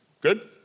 Good